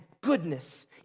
goodness